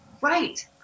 Right